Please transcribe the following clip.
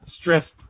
stressed